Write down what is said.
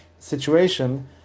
situation